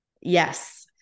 Yes